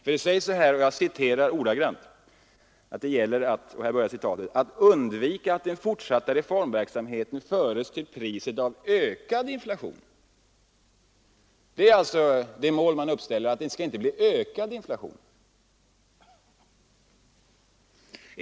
För det som sägs är ordagrant, att det gäller ”att undvika att den fortsatta reformverksamheten föres till priset av ökad inflation”. — Det mål man uppställer är alltså att det inte skall bli ökad inflation.